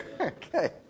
Okay